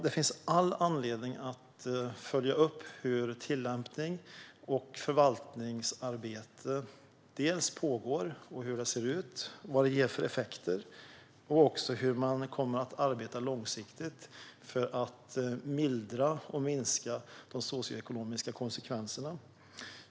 Det finns all anledning att följa upp hur tillämpning och förvaltningsarbete pågår och ser ut samt vad det ger för effekter, liksom hur man kommer att arbeta långsiktigt för att mildra och minska de socioekonomiska konsekvenserna.